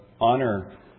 Honor